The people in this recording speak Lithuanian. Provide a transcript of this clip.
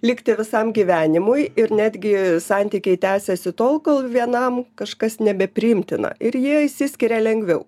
likti visam gyvenimui ir netgi santykiai tęsiasi tol kol vienam kažkas nebepriimtina ir jie išsiskiria lengviau